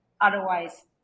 otherwise